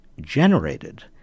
generated